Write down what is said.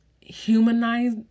humanize